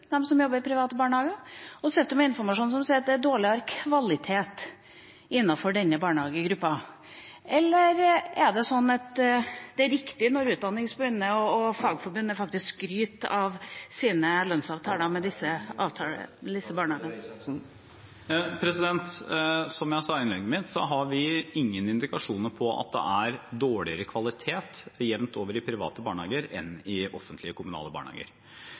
som jobber i private barnehager? Og sitter han med informasjon som sier at det er dårligere kvalitet innenfor denne barnehagegruppa? Eller er det riktig, når Utdanningsforbundet og Fagforbundet faktisk skryter av sine lønnsavtaler med disse barnehagene? Da er tiden ute. Som jeg sa i innlegget mitt, har vi ingen indikasjoner på at det er dårligere kvalitet jevnt over i private barnehager enn i offentlige/kommunale barnehager.